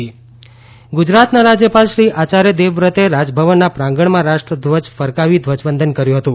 રાજ્યપાલ ધ્વજવંદન ગુજરાતના રાજ્યપાલશ્રી આચાર્ય દેવવ્રતે રાજભવનના પ્રાંગણમાં રાષ્ટ્રધ્વજ ફરકાવી ધ્વજવંદન કર્યું હતું